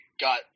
got –